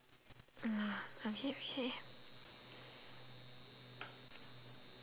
uh okay okay